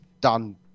done